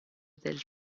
del